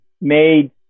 made